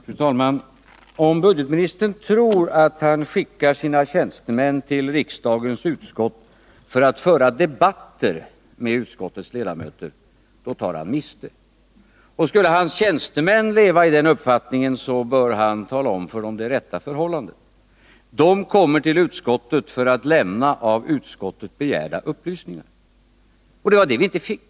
Fru talman! Om budgetministern tror att han skickar sina tjänstemän till ett av riksdagens utskott för att föra debatter med utskottets ledamöter, då tar han miste. Och skulle hans tjänstemän leva i den uppfattningen, bör han tala om för dem det rätta förhållandet: de kommer till utskottet för att lämna av utskottet begärda upplysningar. Och det var sådana vi inte fick.